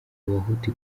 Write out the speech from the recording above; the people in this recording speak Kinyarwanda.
abahutu